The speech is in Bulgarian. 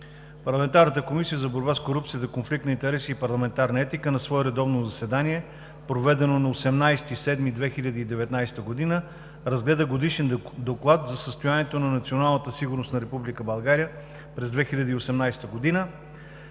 Парламентарната Комисия за борба с корупцията, конфликт на интереси и парламентарна етика на свое редовно заседание, проведено на 18 юли 2019 г., разгледа Годишен доклад за състоянието на националната сигурност на Република България през 2018 г.,